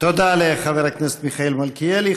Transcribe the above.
תודה לחבר הכנסת מיכאל מלכיאלי.